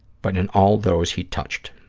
but in all those he touched.